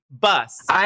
bus